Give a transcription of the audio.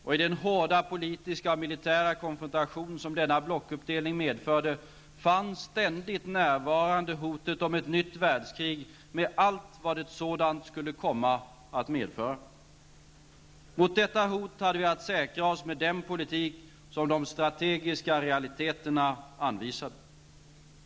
Och i den hårda politiska och militära konfrontation som denna blockuppdelning medförde fanns ständigt närvarande hotet om ett nytt världskrig med allt vad ett sådant skulle komma att medföra. Mot detta hot hade vi att säkra oss med den politik som de strategiska realiteterna anvisade.